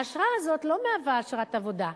האשרה הזאת לא מהווה אשרת עבודה,